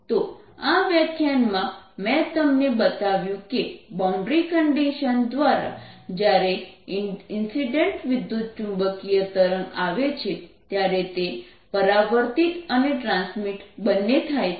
તો આ વ્યાખ્યાનમાં મેં તમને બતાવ્યું કે બાઉન્ડ્રી કન્ડિશન દ્વારા જ્યારે ઇન્સિડેન્ટ વિદ્યુતચુંબકીય તરંગ આવે છે ત્યારે તે પરાવર્તિત અને ટ્રાન્સમીટ બંને થાય છે